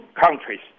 countries